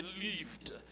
believed